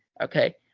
Okay